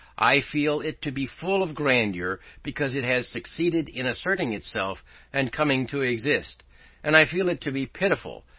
i feel it to be full of grandeur, because it has succeeded in asserting itself and coming to exist and i feel it to be pitiful,